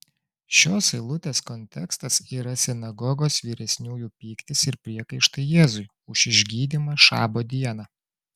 šios eilutės kontekstas yra sinagogos vyresniųjų pyktis ir priekaištai jėzui už išgydymą šabo dieną